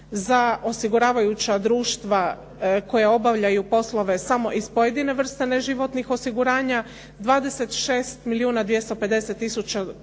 za osiguravajuća društva koja obavljaju poslove samo iz pojedine vrste neživotnih osiguranja, 26 milijuna 250 tisuća